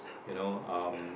you know um